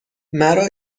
مرا